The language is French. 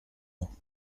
ans